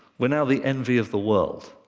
we're now the envy of the world.